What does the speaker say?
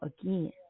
Again